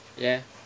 ya